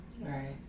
Right